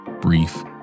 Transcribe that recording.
brief